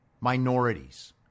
minorities